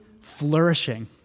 flourishing